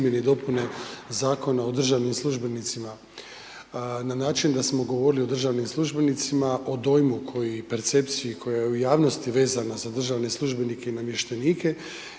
na način da smo govorili o državnim službenicima, o dojmu koji i percepcije koja je u javnosti vezana za državne službenike i namještenike,